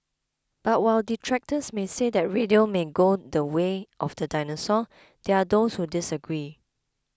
but while detractors may say that radio may go the way of the dinosaur there are those who disagree